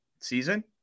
season